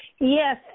Yes